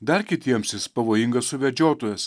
dar kitiems jis pavojingas suvedžiotojas